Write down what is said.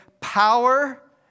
power